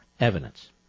evidence